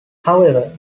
however